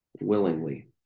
willingly